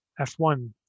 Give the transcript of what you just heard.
f1